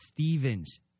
Stevens